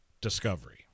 discovery